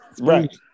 Right